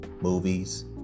movies